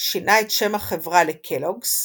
שינה את שם החברה ל"קלוג'ס"